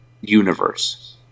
Universe